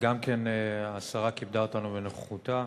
והשרה כיבדה אותנו בנוכחותה,